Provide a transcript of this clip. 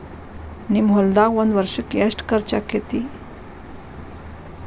ನಿಮ್ಮ ಹೊಲ್ದಾಗ ಒಂದ್ ವರ್ಷಕ್ಕ ಎಷ್ಟ ಖರ್ಚ್ ಆಕ್ಕೆತಿ?